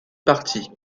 parti